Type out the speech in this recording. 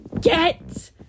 Get